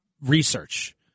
research